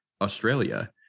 Australia